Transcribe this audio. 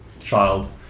child